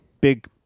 big